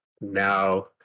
Now